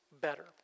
better